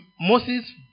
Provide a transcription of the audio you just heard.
Moses